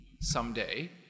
someday